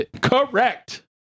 Correct